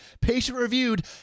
patient-reviewed